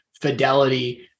fidelity